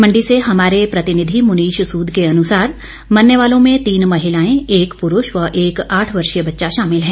मंडी से हमारे प्रतिनिधि मुनीष सूद के अनुसार मरने वालों में तीन महिलाएं एक पुरुष व एक आठ वर्षीय बच्चा शामिल है